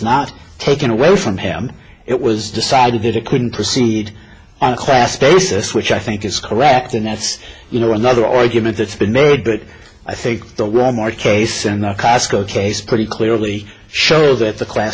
not taken away from him it was decided that it couldn't proceed on a class basis which i think is correct and that's you know another argument that's been made but i think the wal mart case and the cosco case pretty clearly shows that the class